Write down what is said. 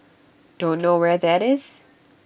don't know where that is